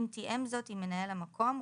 אם תיאם זאת עם מנהל המקום,